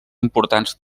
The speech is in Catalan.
importants